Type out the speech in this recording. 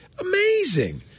amazing